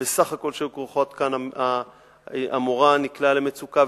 שהיו כרוכות כאן המורה נקלעה למצוקה,